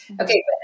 Okay